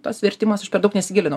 tas vertimas aš per daug nesigilinu